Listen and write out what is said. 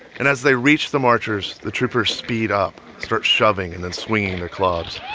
and as they reach the marchers, the troopers speed up, start shoving and then swinging their clubs.